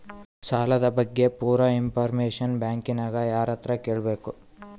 ಸಾಲದ ಬಗ್ಗೆ ಪೂರ ಇಂಫಾರ್ಮೇಷನ ಬ್ಯಾಂಕಿನ್ಯಾಗ ಯಾರತ್ರ ಕೇಳಬೇಕು?